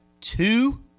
two